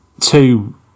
two